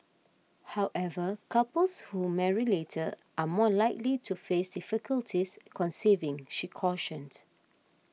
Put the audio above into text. however couples who marry later are more likely to face difficulties conceiving she cautioned